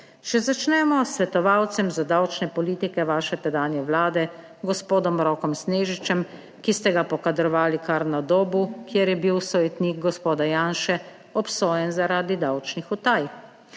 Če začnemo s svetovalcem za davčne politike vaše tedanje vlade gospodom Rokom Snežičem, ki ste ga pokadrovali kar na Dobu, kjer je bil sojetnik gospoda Janše obsojen zaradi davčnih utaj.